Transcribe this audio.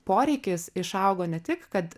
poreikis išaugo ne tik kad